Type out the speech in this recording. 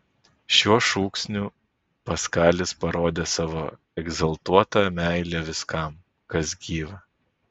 šiuo šūksniu paskalis parodė savo egzaltuotą meilę viskam kas gyva